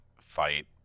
fight